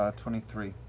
ah twenty three.